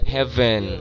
Heaven